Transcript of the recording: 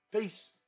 Peace